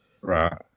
Right